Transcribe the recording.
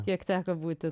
kiek teko būti